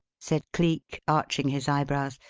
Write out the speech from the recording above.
said cleek, arching his eyebrows.